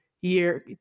year